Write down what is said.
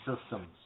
systems